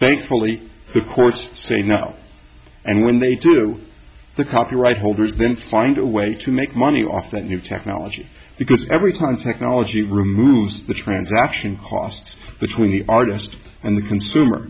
thankfully the courts say no and when they do the copyright holders then find a way to make money off that new technology because every time technology removes the transaction costs between the artist and the consumer